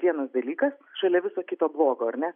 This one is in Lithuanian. vienas dalykas šalia viso kito blogo ar ne